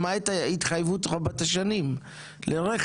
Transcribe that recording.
למעט ההתחייבות רמת השנים לרכש.